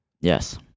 Yes